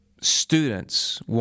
students